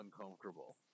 uncomfortable